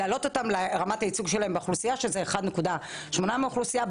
לעלות את רמת הייצוג שלהם באוכלוסייה שזה כ-1.8 מהאוכלוסייה,